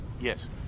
Yes